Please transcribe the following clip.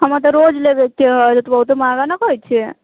हमरा तऽ रोज लेबयके हइ बहुते महँगा नहि कहैत छियै